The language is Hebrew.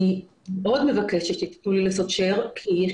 אני מאוד מבקשת שתיתנו לי לעשות "שר" כי יש